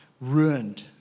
Ruined